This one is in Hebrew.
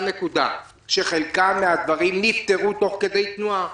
נקודה: חלק מהדברים נפתרו תוך כדי תנועה.